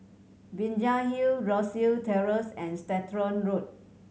Binjai Hill Rosyth Terrace and Stratton Road